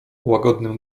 łagodnym